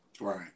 Right